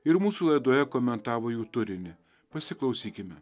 ir mūsų laidoje komentavo jų turinį pasiklausykime